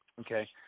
Okay